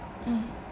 mm